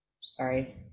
Sorry